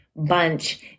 Bunch